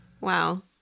Wow